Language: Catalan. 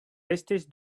restes